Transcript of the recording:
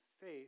faith